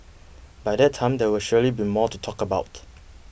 by that time there will surely be more to talk about